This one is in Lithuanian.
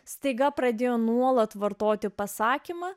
staiga pradėjo nuolat vartoti pasakymą